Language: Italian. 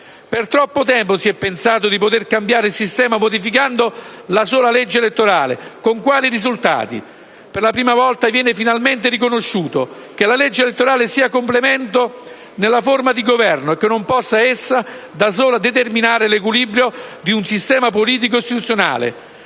Per troppo tempo si è pensato di poter cambiare il sistema modificando la sola legge elettorale: con quali risultati? Per la prima volta, viene finalmente riconosciuto che la legge elettorale sia complemento della forma di Governo e che non possa essa, da sola, determinare l'equilibrio di un sistema politico-istituzionale.